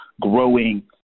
growing